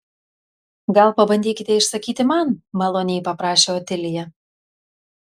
gal pabandykite išsakyti man maloniai paprašė otilija